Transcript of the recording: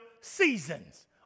seasons